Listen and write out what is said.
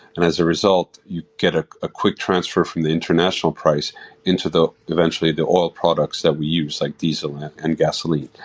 and as a result, you get ah a quick transfer from the international price into the eventually the oil products that we use like diesel and and gasoline.